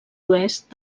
oest